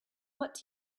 what